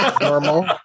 normal